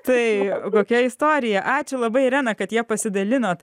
tai kokia istorija ačiū labai irena kad ja pasidalinot